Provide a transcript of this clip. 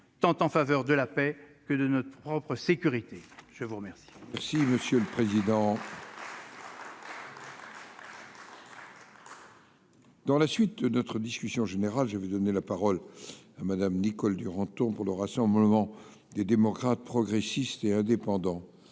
tant en faveur de la paix que de notre propre sécurité, je vous remercie. Merci monsieur le président. Dans la suite de notre discussion générale, je vais donner la parole à Madame Nicole Duranton pour le Rassemblement des démocrates progressistes et indépendants,